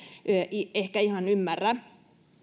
ehkä ihan ymmärrä